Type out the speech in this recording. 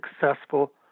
successful